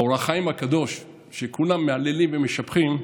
אור החיים הקדוש, שכולם מהללים ומשבחים,